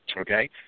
Okay